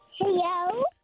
Hello